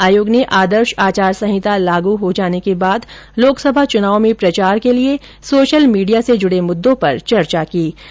आयोग ने आदर्श आचार संहिता लागू हो जाने के बाद लोकसभा चुनाव में प्रचार के लिए सोशल मीडिया से जुड़े मुद्दों पर चर्चा कीं